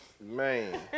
Man